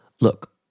look